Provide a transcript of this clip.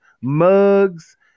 mugs